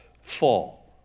fall